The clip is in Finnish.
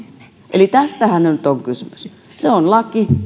eli tästähän nyt on kysymys se on laki